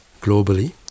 globally